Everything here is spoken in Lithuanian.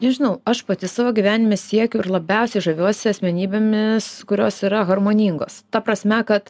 nežinau aš pati savo gyvenime siekiu ir labiausiai žaviuosi asmenybėmis kurios yra harmoningos ta prasme kad